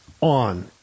on